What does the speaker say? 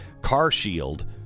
carshield